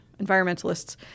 environmentalists